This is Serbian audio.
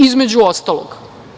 Između ostalog.